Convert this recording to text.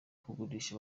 kugurisha